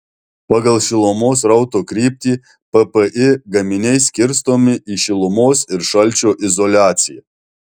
pagal šilumos srauto kryptį ppi gaminiai skirstomi į šilumos ir šalčio izoliaciją